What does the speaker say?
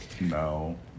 No